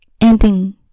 ending